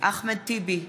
אחמד טיבי,